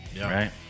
Right